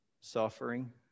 suffering